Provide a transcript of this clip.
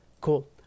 Cool